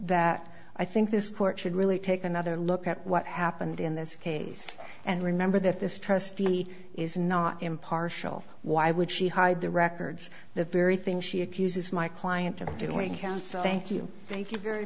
that i think this court should really take another look at what happened in this case and remember that this trustee is not impartial why would she hide the records the very thing she accuses my client of doing counsel thank you